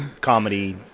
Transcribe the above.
comedy